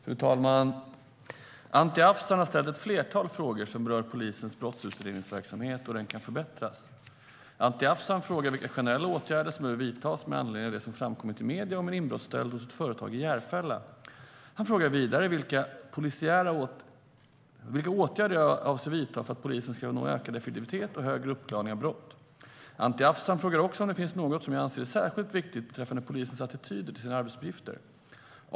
Fru talman! Anti Avsan har ställt ett flertal frågor som berör polisens brottsutredningsverksamhet och hur den kan förbättras. Anti Avsan frågar vilka generella åtgärder som behöver vidtas med anledning av det som framkommit i medierna om en inbrottsstöld hos ett företag i Järfälla. Han frågar även vilka åtgärder jag avser att vidta för att polisen ska nå ökad effektivitet och högre uppklaring av brott. Anti Avsan frågar också om det finns något som jag anser är särskilt viktigt beträffande polisens attityder till sina arbetsuppgifter.